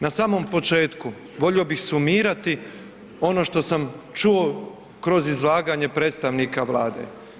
Na samom početku volio bih sumirati ono što sam čuo kroz izlaganje predstavnika Vlade.